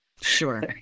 sure